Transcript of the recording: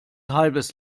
halbes